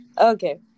okay